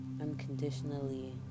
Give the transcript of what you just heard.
unconditionally